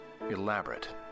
elaborate